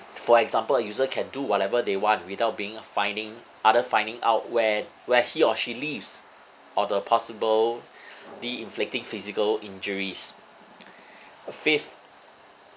for example a user can do whatever they want without being finding other finding out where where he or she lives or the possibility inflicting physical injuries fifth